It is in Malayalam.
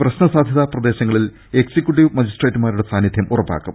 പ്രശ്ന സാധ്യതാ പ്രദേശങ്ങളിൽ എക്സി ക്യൂട്ടീവ് മജിസ്ട്രേറ്റുമാരുടെ സാന്നിധ്യം ഉറപ്പാക്കും